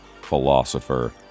philosopher